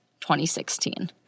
2016